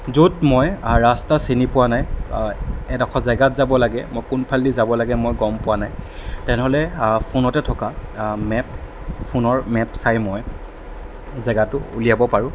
য'ত মই ৰাস্তা চিনি পোৱা নাই এডোখৰ জেগাত যাব লাগে মই কোনফালেদি যাব লাগে মই গম পোৱা নাই তেনেহ'লে ফোনতে থকা মেপ ফোনৰ মেপ চাই মই জেগাটো উলিয়াব পাৰোঁ